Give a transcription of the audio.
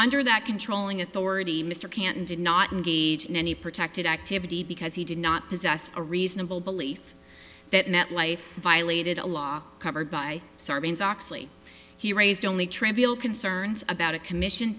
under that controlling authority mr cannon did not engage in any protected activity because he did not possess a reasonable belief that metlife violated a law covered by sarbanes oxley he raised only trivial concerns about a commission